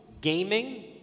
gaming